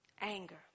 anger